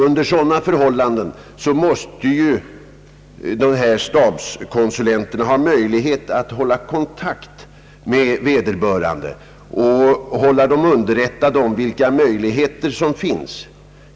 Under sådana förhållanden måste ju stabskonsulenterna ha möjlighet att hålla kontakt med vederbörande och hålla dem underrättade om alla utvägar som finns.